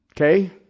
Okay